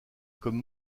comme